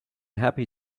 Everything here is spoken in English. happy